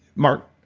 mark,